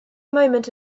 moment